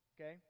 Okay